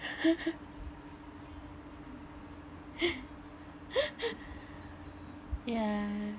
yeah